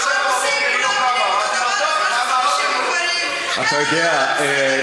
אבל אמרו לי שאת,